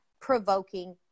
provoking